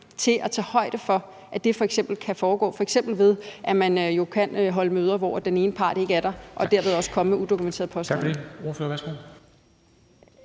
til at tage højde for, at det f.eks. kan foregå, f.eks. ved at man jo kan holde møder, hvor den ene part ikke er der, og dermed også komme med udokumenterede påstande?